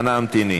אנא המתיני.